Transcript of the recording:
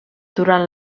durant